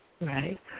Right